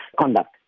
conduct